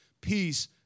peace